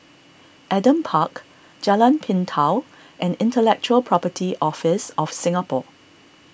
Adam Park Jalan Pintau and Intellectual Property Office of Singapore